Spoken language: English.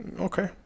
Okay